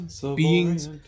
beings